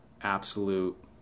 absolute